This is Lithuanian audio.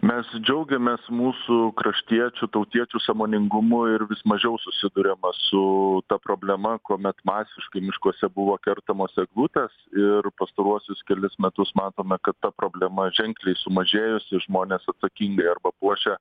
mes džiaugiamės mūsų kraštiečių tautiečių sąmoningumu ir vis mažiau susiduriama su ta problema kuomet masiškai miškuose buvo kertamos eglutės ir pastaruosius kelis metus matome kad ta problema ženkliai sumažėjusi žmonės atsakingai arba puošia